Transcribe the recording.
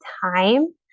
time